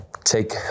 take